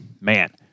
man